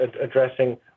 addressing